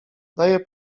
daję